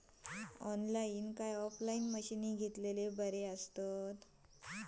Online काय offline मशीनी घेतलेले बरे आसतात?